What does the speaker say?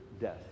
death